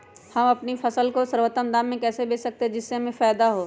हम अपनी फसल को सर्वोत्तम दाम में कैसे बेच सकते हैं जिससे हमें फायदा हो?